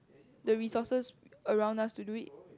the resources around us to do it